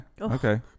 Okay